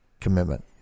commitment